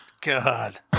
God